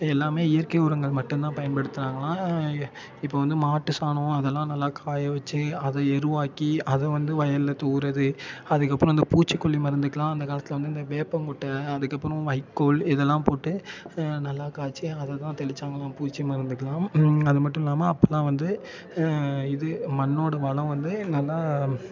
எல்லாமே இயற்கை உரங்கள் மட்டுந்தான் பயன்படுத்துறாங்களாம் இப்போது வந்து மாட்டு சாணம் அதெல்லாம் நல்லா காய வெச்சு அதை எருவாக்கி அதை வந்து வயலில் தூவுறது அதுக்கப்புறம் இந்த பூச்சிக்கொல்லி மருந்துக்குலாம் அந்த காலத்தில் வந்து இந்த வேப்பங்கொட்டை அதுக்கப்புறம் வைக்கோல் இதெல்லாம் போட்டு நல்லா காய்ச்சி அதை தான் தெளித்தாங்களாம் பூச்சி மருந்துக்குலாம் அதுமட்டும் இல்லாமல் அப்போல்லாம் வந்து இது மண்ணோடய வளம் வந்து நல்லா